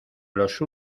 los